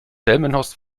delmenhorst